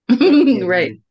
Right